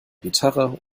gitarre